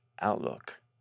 outlook